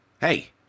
Hey